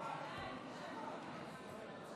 האי-אמון של סיעות